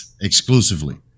exclusively